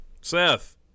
Seth